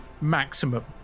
maximum